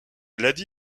lady